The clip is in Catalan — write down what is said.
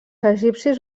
egipcis